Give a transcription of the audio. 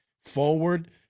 forward